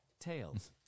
Tails